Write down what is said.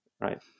Right